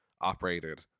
operated